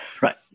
Right